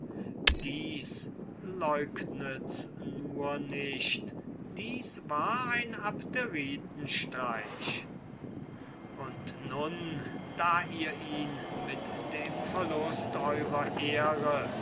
dies leugnets nur nicht dies war ein abderitenstreich und nun da ihr ihn mit dem verlust eurer ehre